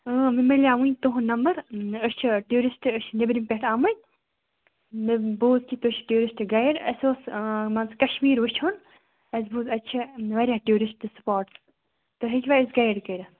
مےٚ میٚلیوو وٕنۍ تُہُنٛد نَمبر أسۍ چھٕ ٹوٗرِسٹہٕ أسۍ چھِ نٮ۪برٕ پٮ۪ٹھ آمٕتۍ مےٚ بوٗز کہِ تُہُۍ چھِ ٹوٗرِسٹہٕ گَیِڈ اَسہِ اوس مان ژٕ کَشمیٖر وٕچھُن اَسہِ بوٗز اتہِ چھِ واریاہ ٹوٗرِسٹہٕ سُپاٹ تُہۍ ہیٚکوا اَسہِ گَیِڈ کٔرِتھ